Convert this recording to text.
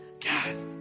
God